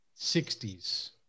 60s